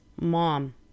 Mom